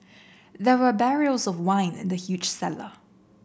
there were barrels of wine in the huge cellar